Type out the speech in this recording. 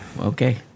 Okay